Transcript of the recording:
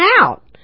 out